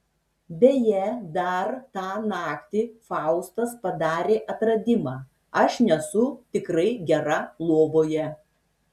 beje dar tą naktį faustas padarė atradimą aš nesu tikrai gera lovoje